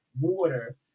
water